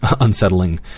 unsettling